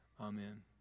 amen